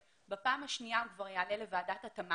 בפעם השנייה הוא כבר יעלה לוועדת התאמה